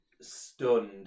stunned